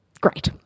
Great